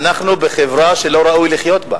אנחנו בחברה שלא ראוי לחיות בה.